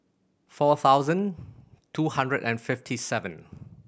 four thousand two hundred and fifty seven